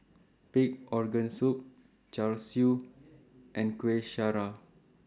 Pig'S Organ Soup Char Siu and Kueh Syara